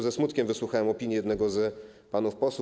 Ze smutkiem wysłuchałem opinii jednego z panów posłów.